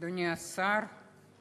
אדוני השר,